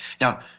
Now